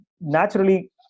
naturally